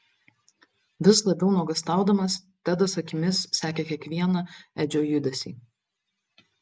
vis labiau nuogąstaudamas tedas akimis sekė kiekvieną edžio judesį